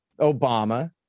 Obama